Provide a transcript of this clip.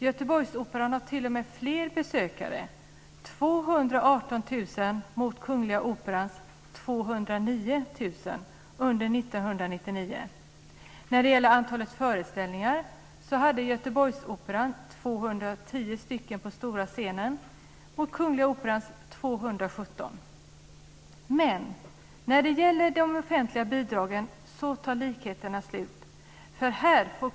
Göteborgsoperan har t.o.m. fler besökare - När det gäller antalet föreställningar hade Göteborgsoperan 210 stycken på den stora scenen under 1999 mot Kungliga Operans 217. Men när det gäller de offentliga bidragen tar likheterna slut.